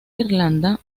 irlanda